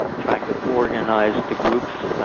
trying to organize the groups,